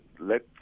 let